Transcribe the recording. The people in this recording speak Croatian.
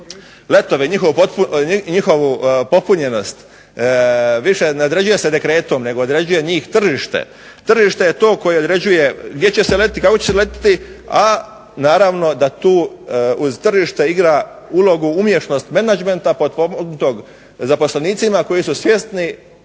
letove i njihovu popunjenost više ne određuje se dekretom nego određuje njih tržište. Tržište je to koje određuje gdje će se letjeti i kamo će se letjeti, a naravno da tu uz tržište igra ulogu umješnost menadžmenta potpomognutog zaposlenicima koji su svjesni